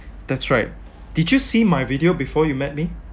that's right did you see my video before you met me